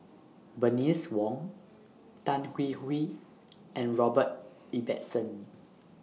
Bernice Wong Tan Hwee Hwee and Robert Ibbetson